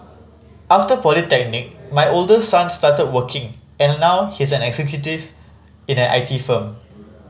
after polytechnic my oldest son started working and now he's an executive in an I T firm